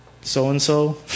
so-and-so